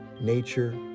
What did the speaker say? nature